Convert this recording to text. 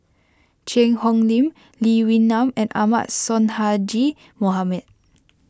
Cheang Hong Lim Lee Wee Nam and Ahmad Sonhadji Mohamad